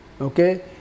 Okay